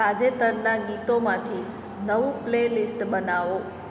તાજેતરનાં ગીતોમાંથી નવું પ્લેલિસ્ટ બનાવો